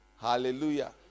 Hallelujah